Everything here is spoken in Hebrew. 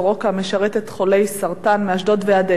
המשרתת חולי סרטן מאשדוד ועד אילת,